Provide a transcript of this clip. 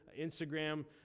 Instagram